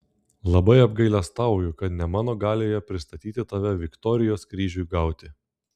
labai apgailestauju kad ne mano galioje pristatyti tave viktorijos kryžiui gauti